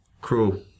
Crew